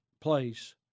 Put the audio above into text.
place